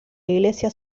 iglesia